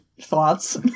thoughts